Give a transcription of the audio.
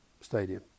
Stadium